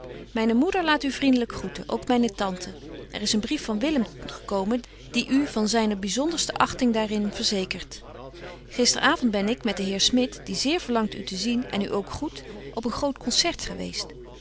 myne moeder laat u vriendelyk groeten ook myne tante er is een brief van willem gekomen die u van zyne byzonderste achting daar in verzekert gister avond ben ik met den heer smit die zeer verlangt u te zien en u ook groet op een groot concert geweest